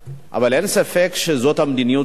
אבל אין ספק שזאת המדיניות שלו.